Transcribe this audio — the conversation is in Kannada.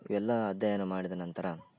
ಇವೆಲ್ಲ ಅಧ್ಯಯನ ಮಾಡಿದ ನಂತರ